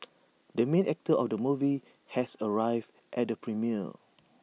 the main actor of the movie has arrived at the premiere